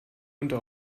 unter